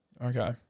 Okay